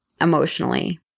emotionally